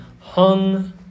hung